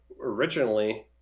originally